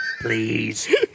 Please